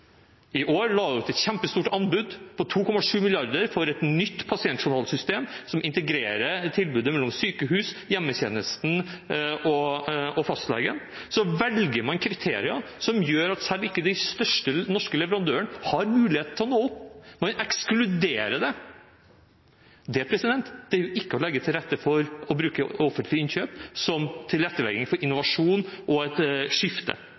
i år la opp til et kjempestort anbud på 2,7 mrd. kr for et nytt pasientjournalsystem som integrerer tilbudet mellom sykehus, hjemmetjenesten og fastlegen, valgte man kriterier som gjør at selv ikke de største norske leverandørene har mulighet til å nå opp – man ekskluderer dem. Det er ikke å legge til rette for å bruke offentlig innkjøp som tilrettelegging for innovasjon og et skifte.